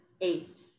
eight